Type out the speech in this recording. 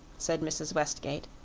said mrs. westgate.